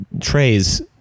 trays